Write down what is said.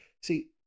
See